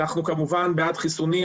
כמובן שאנחנו בעד חיסונים.